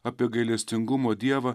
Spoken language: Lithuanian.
apie gailestingumo dievą